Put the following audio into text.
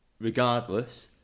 regardless